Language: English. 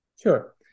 Sure